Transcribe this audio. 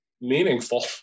meaningful